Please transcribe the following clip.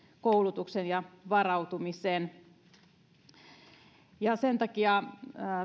koulutuksen ja varautumisen sen takia